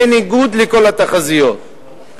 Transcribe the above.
בניגוד לכל התחזיות.